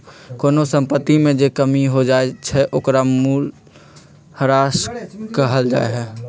कोनो संपत्ति में जे कमी हो जाई छई ओकरा मूलहरास कहल जाई छई